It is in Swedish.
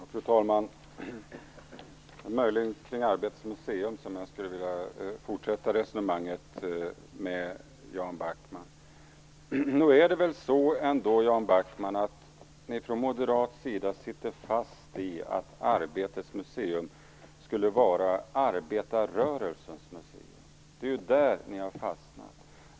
Fru talman! Det är möjligen kring Arbetets museum som jag skulle vilja fortsätta resonemanget med Nog är det väl så, Jan Backman, att ni från moderat sida sitter fast i att Arbetets museum skulle vara arbetarrörelsens museum. Det är där ni har fastnat.